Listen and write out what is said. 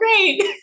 great